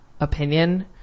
opinion